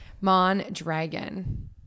Mondragon